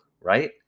right